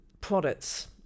products